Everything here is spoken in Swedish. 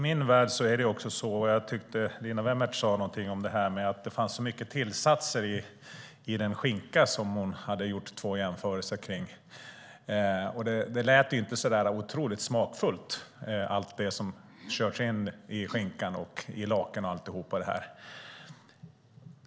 Linda Wemmert sade någonting om att det fanns så mycket tillsatser i den skinka som hon hade gjort jämförelser kring, och det lät inte så otroligt smakfullt med allt det som körs in i skinkan, i laken och alltihop.